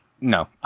No